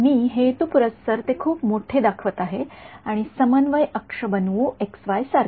मी हेतुपुरस्सर ते खूप मोठे दाखवित आहे आणि समन्वय अक्ष बनवू एक्स वाय सारखे